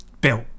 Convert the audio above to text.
built